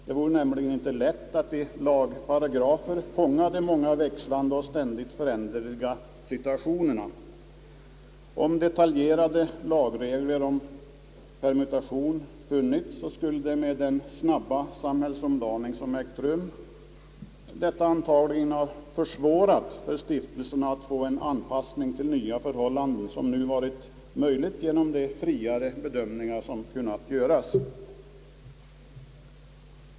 Det vore nämligen inte lätt att i lagparagrafer fånga de växlande och ständigt föränderliga situationerna. Om detaljerade lagregler om permutation funnits skulle detta med den snabba samhällsomdaning, som ägt rum, antagligen ha försvårat för stiftelserna att få en anpassning till nya förhållanden, något som nu varit möjligt tack vare de friare bedömningar som kunnat göras.